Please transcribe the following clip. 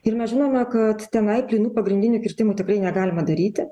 ir mes žinome kad tenai plynų pagrindinių kirtimų tikrai negalima daryti